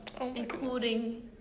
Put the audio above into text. including